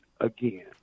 again